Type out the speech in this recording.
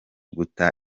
guta